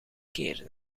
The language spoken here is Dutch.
keer